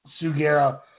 Sugera